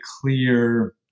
clear